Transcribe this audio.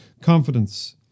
confidence